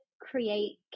create